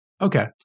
Okay